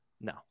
no